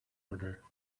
order